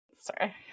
sorry